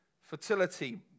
Fertility